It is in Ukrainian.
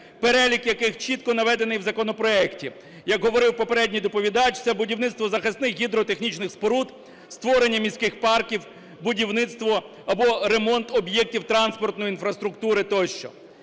перелік, яких чітко наведений в законопроекті. Як говорив попередній доповідач, це будівництво захисних гідротехнічних споруд, створення міських парків, будівництво або ремонт об'єктів транспортної інфраструктури тощо.